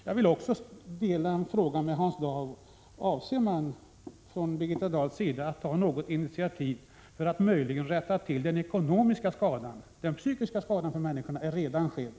Jag instämmer i Hans Daus fråga: Avser Birgitta Dahl att ta något initiativ för att möjligen rätta till den ekonomiska skadan? Den psykiska skadan är redan skedd.